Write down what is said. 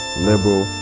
liberal